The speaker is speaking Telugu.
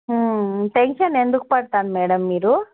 టెన్షన్ ఎందుకు పడతారు మేడం మీరు